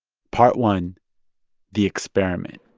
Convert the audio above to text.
part one the experiment